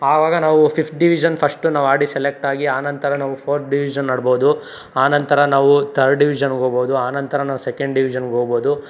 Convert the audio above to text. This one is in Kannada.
ಆವಾಗ ನಾವು ಫಿಫ್ತ್ ಡಿವಿಜನ್ ಫಸ್ಟ್ ನಾವು ಆಡಿ ಸೆಲೆಕ್ಟ್ ಆಗಿ ಆ ನಂತರ ನಾವು ಫೋರ್ತ್ ಡಿವಿಜನ್ ಆಡ್ಬೋದು ಆನಂತರ ನಾವೂ ತರ್ಡ್ ಡಿವಿಜನ್ಗೆ ಹೋಗ್ಬೋದು ಆನಂತರ ನಾವು ಸೆಕೆಂಡ್ ಡಿವಿಜನ್ಗೆ ಹೋಗ್ಬೋದು